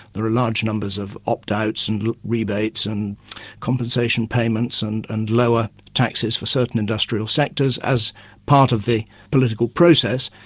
there are large numbers of opt-outs and rebates and compensation payments and and lower taxes for certain industrial sectors, as part of the political process.